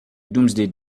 doomsday